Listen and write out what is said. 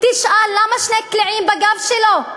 תשאל: למה שני קליעים בגב שלו?